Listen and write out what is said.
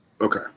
okay